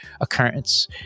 occurrence